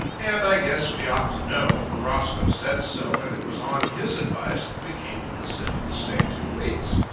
and i guess we ought to know, for roscoe said so, and it was on his advice that we came to the city to stay two weeks.